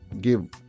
give